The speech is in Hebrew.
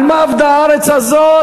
על מה אבדה הארץ הזאת?